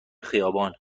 خیابان